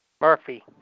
Murphy